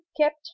kept